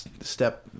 Step